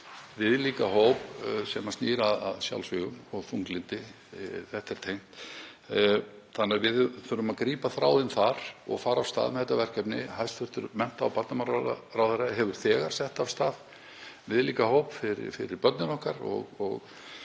viðlíka hóp sem snýr að sjálfsvígum og þunglyndi, þetta er tengt. Þannig að við þurfum að grípa þráðinn þar og fara af stað með þetta verkefni. Hæstv. mennta- og barnamálaráðherra hefur þegar sett af stað viðlíka hóp fyrir börnin okkar. Ég